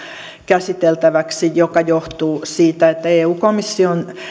käsiteltäväksi mikä johtuu siitä että eu komissio on